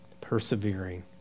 persevering